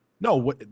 No